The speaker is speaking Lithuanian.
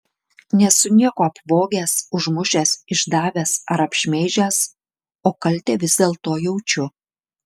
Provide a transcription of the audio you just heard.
nesu nieko apvogęs užmušęs išdavęs ar apšmeižęs o kaltę vis dėlto jaučiu